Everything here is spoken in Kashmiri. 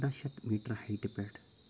پَنٛدَہ شٮ۪تھ میٖٹَر ہَیٹہِ پٮ۪ٹھ